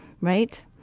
right